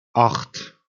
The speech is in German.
acht